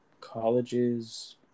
colleges